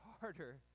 harder